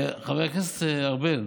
חבר הכנסת ארבל,